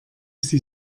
sie